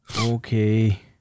Okay